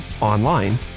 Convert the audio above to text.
online